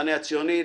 המחנה הציוני.